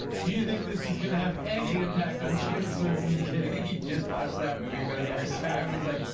do you think this is going to have any impact on james winston's case. he just watch that movie for the first time. i was like.